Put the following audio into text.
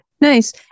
Nice